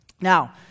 Now